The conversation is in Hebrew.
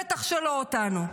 בטח שלא אותנו.